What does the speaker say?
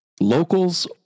Locals